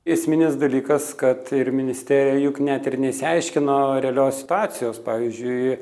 esminis dalykas kad ir ministerija juk net ir neišsiaiškino realios situacijos pavyzdžiui